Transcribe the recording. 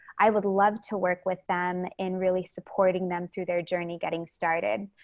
i would love to work with them in really supporting them through their journey getting started.